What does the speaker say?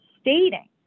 stating